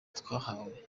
twahawe